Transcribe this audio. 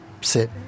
sit